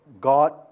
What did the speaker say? God